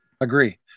Agree